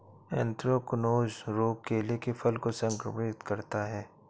anthracnose रोग केले के फल को संक्रमित करता है